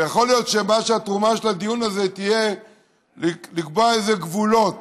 ויכול להיות שהתרומה של הדיון תהיה לקבוע גבולות.